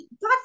God